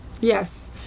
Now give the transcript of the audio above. Yes